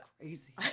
crazy